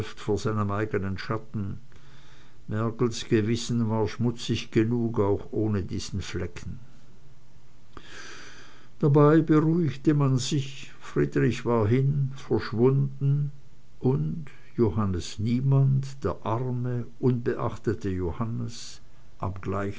vor seinem eigenen schatten mergels gewissen war schmutzig genug auch ohne diesen flecken dabei beruhigte man sich friedrich war hin verschwunden und johannes niemand der arme unbeachtete johannes